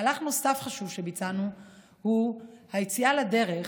מהלך חשוב נוסף שביצענו הוא היציאה לדרך,